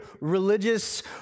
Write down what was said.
religious